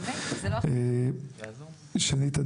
שנית,